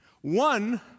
One